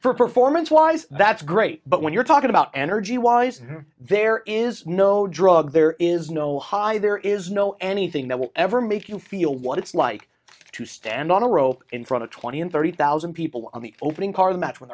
for performance wise that's great but when you're talking about energy wise there is no drug there is no high there is no anything that will ever make you feel what it's like to stand on a row in front of twenty and thirty thousand people on the opening card match when